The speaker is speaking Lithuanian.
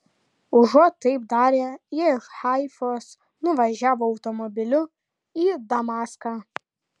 užuot taip darę jie iš haifos nuvažiavo automobiliu į damaską